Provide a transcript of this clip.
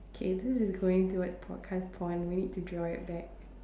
K this is going towards podcast porn we need to draw it back